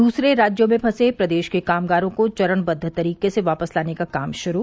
दूसरे राज्यों में फंसे प्रदेश के कामगारों को चरणबद्व तरीके से वापस लाने का काम शुरू